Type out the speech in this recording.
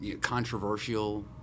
controversial